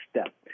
step